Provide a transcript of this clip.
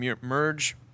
Merge